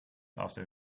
after